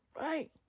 Right